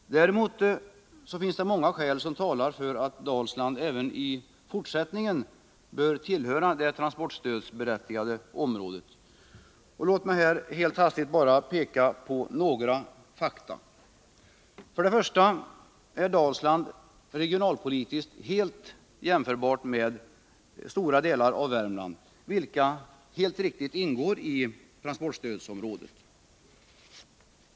Däremot finns det många skäl som talar för att Dalsland även i fortsättningen bör tillhöra det transportstödsberättigade området. Låt mig här helt hastigt bara peka på några fakta. För det första är Dalsland regionalpolitiskt helt jämförbart med stora delar av Värmland, vilka helt riktigt ingår i transportstödsområdet.